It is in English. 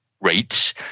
rates